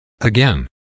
Again